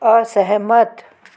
असहमत